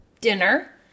dinner